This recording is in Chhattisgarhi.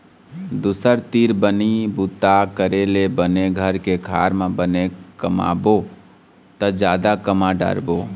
दूसर तीर बनी भूती करे ले बने घर के खार म बने कमाबो त जादा कमा डारबो